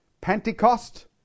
Pentecost